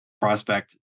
prospect